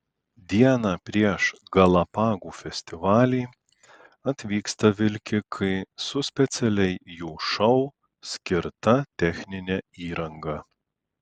dieną prieš galapagų festivalį atvyksta vilkikai su specialiai jų šou skirta technine įranga